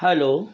hello